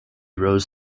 rose